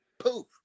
Poof